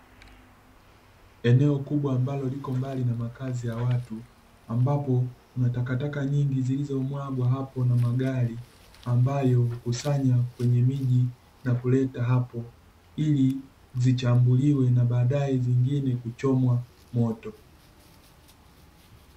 Eneo kubwa ambalo liko mbali na makazi ya watu, ambapo kuna takataka nyingi zilizomwagwa hapo na magari, ambayo hukusanya kwenye miji na kuleta hapo, ili zichambuliwe na baadaye zingine kuchomwa moto.